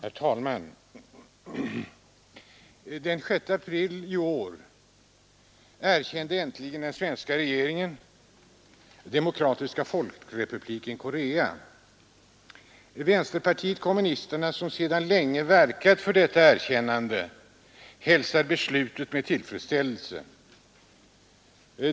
Herr talman! Den 6 april i år erkände äntligen den svenska regeringen Demokratiska folkrepubliken Korea. Vänsterpartiet kommunisterna, som sedan länge verkat för detta erkännande, hälsar beslutet med tillfredsställelse.